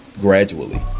gradually